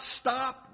stop